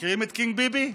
מכירים את קינג ביבי?